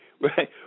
right